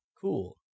Cool